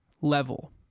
level